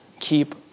keep